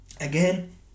again